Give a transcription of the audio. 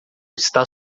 está